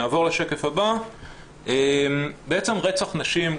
נעבור לשקף הבא, רצח נשים,